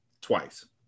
twice